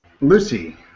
Lucy